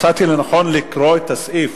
מצאתי לנכון לקרוא את הסעיף,